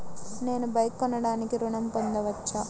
నేను బైక్ కొనటానికి ఋణం పొందవచ్చా?